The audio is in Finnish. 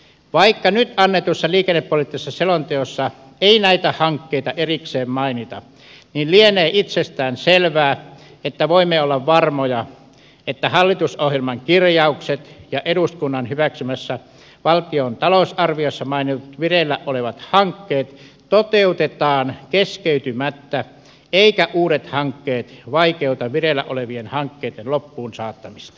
vaikka nyt annetussa liikennepoliittisessa selonteossa ei näitä hankkeita erikseen mainita niin lienee itsestään selvää että voimme olla varmoja että hallitusohjelman kirjaukset ja eduskunnan hyväksymässä valtion talousarviossa mainitut vireillä olevat hankkeet toteutetaan keskeytymättä eivätkä uudet hankkeet vaikeuta vireillä olevien hankkeitten loppuunsaattamista